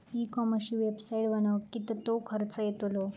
E कॉमर्सची website बनवक किततो खर्च येतलो?